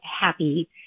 happy